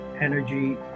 Energy